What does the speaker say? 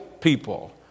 people